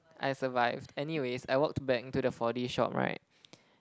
I survived anyways I walked back into the four D shop right